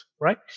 right